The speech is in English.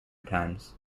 times